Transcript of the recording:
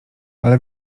ale